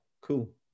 cool